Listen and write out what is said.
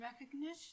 recognition